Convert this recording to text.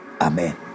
Amen